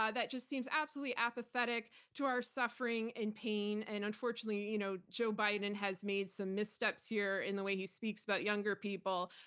that just seems absolutely apathetic to our suffering and pain. and unfortunately, you know joe biden has made some missteps here in the way he speaks about younger people.